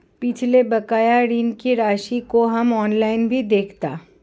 पिछला बकाया ऋण की राशि को हम ऑनलाइन भी देखता